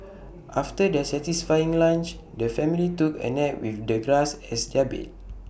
after their satisfying lunch the family took A nap with the grass as their bed